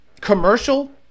commercial